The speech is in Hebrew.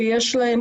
שיש להם,